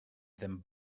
them